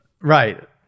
Right